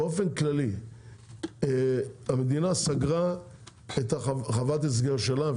באופן כללי המדינה סגרה את החוות הסגר שלה,